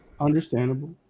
understandable